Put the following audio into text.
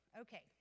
okay